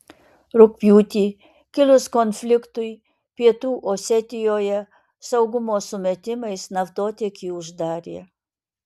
rugpjūtį kilus konfliktui pietų osetijoje saugumo sumetimais naftotiekį uždarė